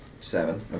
Seven